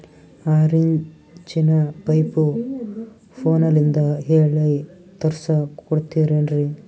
ಆರಿಂಚಿನ ಪೈಪು ಫೋನಲಿಂದ ಹೇಳಿ ತರ್ಸ ಕೊಡ್ತಿರೇನ್ರಿ?